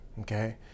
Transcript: okay